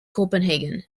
copenhagen